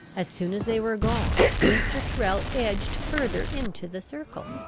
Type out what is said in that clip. as soon as they were gone, mr. tyrrel edged further into the circle.